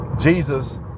Jesus